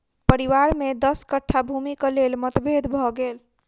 परिवार में दस कट्ठा भूमिक लेल मतभेद भ गेल